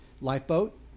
Lifeboat